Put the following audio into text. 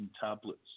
tablets